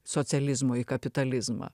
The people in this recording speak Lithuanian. socializmo į kapitalizmą